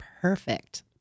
perfect